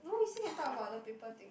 no we still can talk about the paper thing